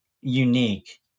unique